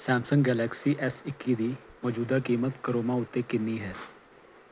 Samsung Galaxy S ਇੱਕੀ ਦੀ ਮੌਜੂਦਾ ਕੀਮਤ ਕਰੋਮਾ ਉੱਤੇ ਕਿੰਨੀ ਹੈ